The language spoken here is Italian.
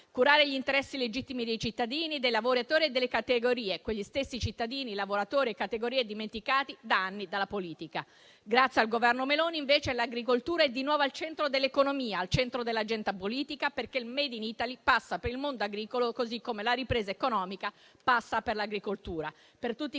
curare gli interessi legittimi dei cittadini, dei lavoratori e delle categorie, quegli stessi cittadini, lavoratori e categorie dimenticati da anni dalla politica. Grazie al Governo Meloni, invece, l'agricoltura è di nuovo al centro dell'economia, al centro dell'agenda politica, perché il *made in Italy* passa per il mondo agricolo, così come la ripresa economica passa per l'agricoltura.